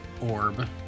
orb